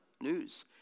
news